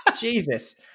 Jesus